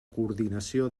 coordinació